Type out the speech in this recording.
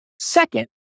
Second